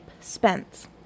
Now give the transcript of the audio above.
Spence